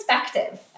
perspective